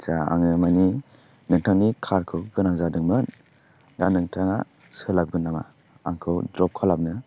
आटसा आङो मानि नोंथांनि कारखौ गोनां जादोंमोन दा नोंथाङा सोलाबगोन नामा आंखौ ड्रप खालामनो